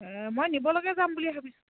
মই নিব লৈকে যাম বুলি ভাবিছোঁ